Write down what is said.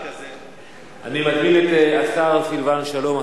אני מזמין את השר סילבן שלום,